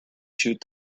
shoot